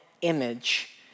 image